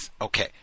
Okay